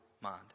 mind